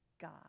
God